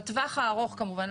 בטווח הארוך כמובן,